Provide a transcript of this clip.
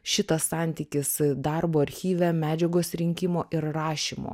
šitas santykis darbo archyve medžiagos rinkimo ir rašymo